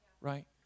Right